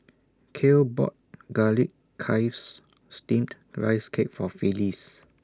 Kale bought Garlic Chives Steamed Rice Cake For Phillis